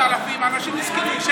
אנשים מסכנים,